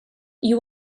you